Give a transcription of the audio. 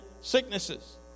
sicknesses